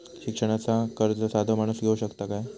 शिक्षणाचा कर्ज साधो माणूस घेऊ शकता काय?